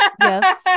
Yes